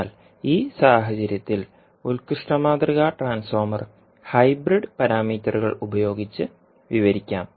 എന്നാൽ ഈ സാഹചര്യത്തിൽ ഉത്കൃഷ്ട മാതൃക ട്രാൻസ്ഫോർമർ ഹൈബ്രിഡ് പാരാമീറ്ററുകൾ ഉപയോഗിച്ച് വിവരിക്കാം